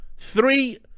Three